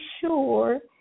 sure